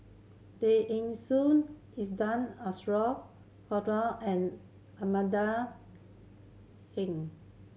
Tay Eng Soon Azura and Amanda Heng